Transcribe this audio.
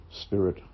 spirit